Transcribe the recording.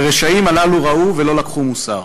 ורשעים הללו ראו ולא לקחו מוסר.